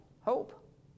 hope